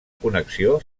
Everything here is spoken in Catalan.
connexió